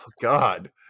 God